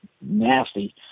nasty